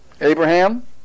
Abraham